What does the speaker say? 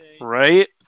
right